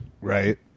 Right